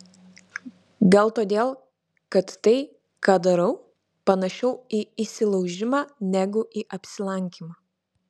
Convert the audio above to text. gal todėl kad tai ką darau panašiau į įsilaužimą negu į apsilankymą